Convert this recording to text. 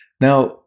Now